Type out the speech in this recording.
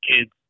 kids